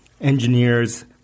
engineers